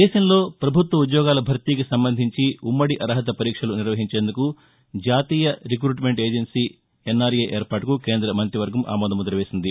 దేశంలో ప్రభుత్వ ఉద్యోగాల భర్తీకి సంబంధించి ఉమ్నడి అర్హత పరీక్షలు నిర్వహించేందుకు జాతీయ రిక్రూట్మెంట్ ఏజెన్సీ ఎన్ఆర్ఎ ఏర్పాటుకు కేంద్ర మంతివర్గం ఆమోద ముద్ర వేసింది